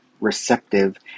receptive